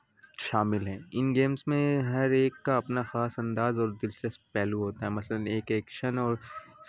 شامل ہیں ان گیمس میں ہر ایک کا اپنا خاص انداز اور دلچسپ پہلو ہوتا ہے مثلاً ایک ایکشن اور